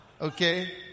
Okay